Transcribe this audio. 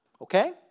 okay